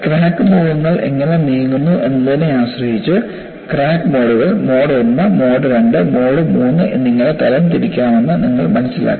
crack മുഖങ്ങൾ എങ്ങനെ നീങ്ങുന്നു എന്നതിനെ ആശ്രയിച്ച് ക്രാക്ക് മോഡുകൾ മോഡ് 1 മോഡ് 2 മോഡ് 3 എന്നിങ്ങനെ തരംതിരിക്കാമെന്ന് നിങ്ങൾ മനസ്സിലാക്കി